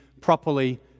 properly